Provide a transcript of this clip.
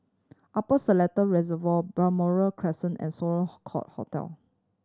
Upper Seletar Reservoir Balmoral Crescent and Sloane Court Hotel